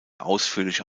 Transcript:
ausführliche